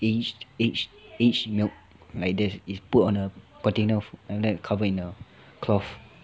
aged aged aged milk like there's it's put on a container then after that covered in a cloth